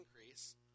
increase